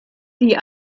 die